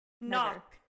Knock